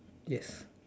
yes